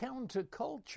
counterculture